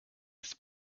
his